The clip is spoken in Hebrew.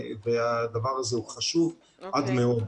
והדבר הזה הוא חשוב עד מאוד.